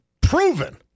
proven